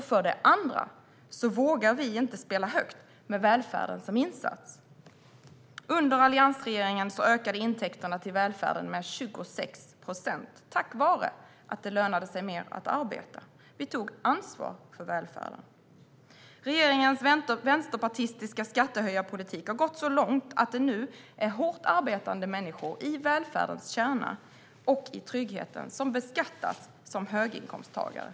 För det andra vågar vi inte spela högt med välfärden som insats. Under alliansregeringen ökade intäkterna till välfärden med 26 procent, tack vare att det lönade sig mer att arbeta. Vi tog ansvar för välfärden. Regeringens vänsterpartistiska skattehöjarpolitik har gått så långt att det nu är hårt arbetande människor i välfärdens kärna och i tryggheten som beskattas som höginkomsttagare.